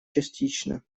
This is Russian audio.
частично